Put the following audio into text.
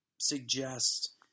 suggest